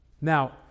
Now